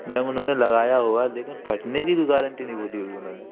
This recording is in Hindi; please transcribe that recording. मैम उन्होंने लगाया होगा लेकिन फटने की कोई गारेंटी नहीं बोली होगी उन्होंने